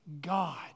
God